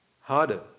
harder